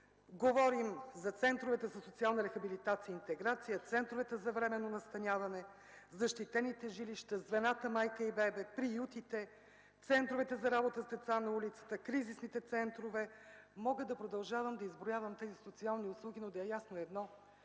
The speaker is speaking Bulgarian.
Говорим за центровете за социална рехабилитация и интеграция, центровете за временно настаняване, защитените жилища, звената „майка и бебе”, приютите, центровете за работа с деца на улицата, кризисните центрове. Мога да продължавам да изброявам тези социални услуги, но да е ясно едно